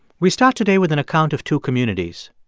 we start today with an account of two communities.